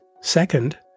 Second